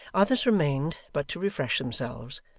others remained but to refresh themselves,